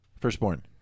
Firstborn